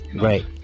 Right